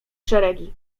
szeregi